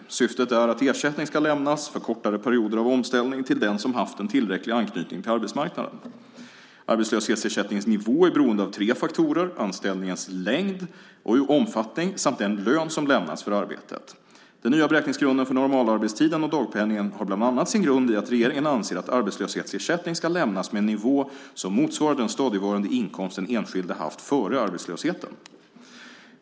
Syftet är att ersättning ska lämnas för kortare perioder av omställning till den som haft en tillräcklig anknytning till arbetsmarknaden. Arbetslöshetsersättningens nivå är beroende av tre faktorer: anställningens längd och omfattning samt den lön som lämnats för arbetet. Den nya beräkningsgrunden för normalarbetstiden och dagpenningen har bland annat sin grund i att regeringen anser att arbetslöshetsersättning ska lämnas med en nivå som motsvarar den stadigvarande inkomst den enskilde haft före arbetslösheten.